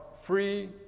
free